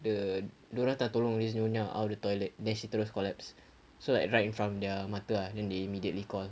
the dia orang dah tolong this nyonya out of the toilet then she terus collapse so like right from the mata ah then they immediately call